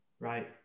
Right